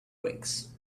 wings